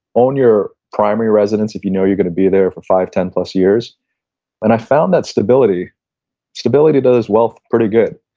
own your primary residence if you know you're going to be there for five, ten plus years and i've found that stability stability does wealth pretty good.